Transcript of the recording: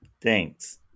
Thanks